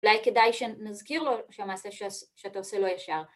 אולי כדאי שנזכיר לו שהמעשה שאתה עושה לא ישר.